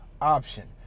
option